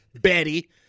Betty